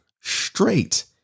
straight